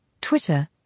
Twitter